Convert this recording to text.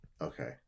okay